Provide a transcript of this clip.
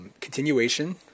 continuation